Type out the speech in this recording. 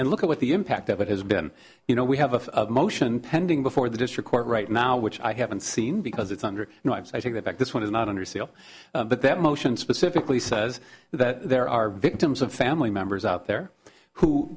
look at what the impact of it has been you know we have a motion pending before the district court right now which i haven't seen because it's under knives i think that this one is not under seal but that motion specifically says that there are victims of family members out there who